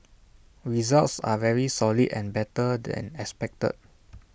results are very solid and better than expected